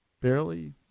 barely